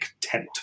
tent